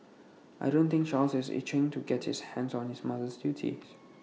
I don't think Charles is itching to get his hands on his mother's duties